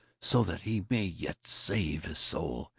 so that he may yet save his soul,